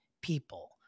people